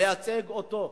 לייצג אותו.